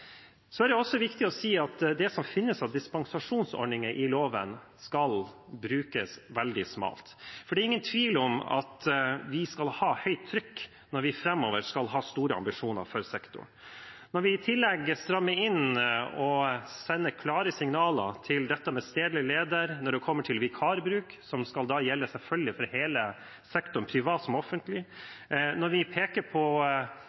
Det er også viktig å si at det som finnes av dispensasjonsordninger i loven, skal brukes veldig smalt, for det er ingen tvil om at vi skal ha høyt trykk når vi framover skal ha store ambisjoner for sektoren. Når vi i tillegg strammer inn og sender klare signaler om dette med stedlig leder, når det kommer til vikarbruk – som selvfølgelig skal gjelde for hele sektoren, privat som offentlig – når vi peker på